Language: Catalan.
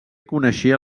coneixia